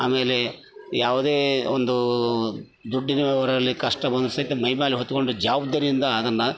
ಆಮೇಲೆ ಯಾವುದೇ ಒಂದು ದುಡ್ಡಿನ ವ್ಯವಹಾರ ಇರಲಿ ಕಷ್ಟ ಬಂದರು ಸಹಿತ ಮೈಮೇಲೆ ಹೊತ್ತುಕೊಂಡು ಜವಾಬ್ದಾರಿಯಿಂದ ಅದನ್ನು